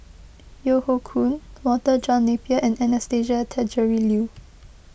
Yeo Hoe Koon Walter John Napier and Anastasia Tjendri Liew